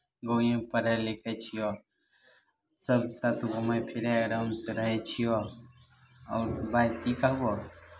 गाँवेमे पढै लिखै छियह सभ साथ घुमैत फिरैत आरामसँ रहै छियह आओर भाय की कहबह